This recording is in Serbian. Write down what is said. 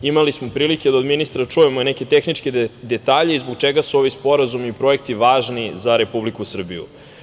Imali smo prilike da od ministra čujemo i neke tehničke detalje i zbog čega su ovi sporazumi i projekti važni za Republiku Srbiju.